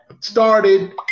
started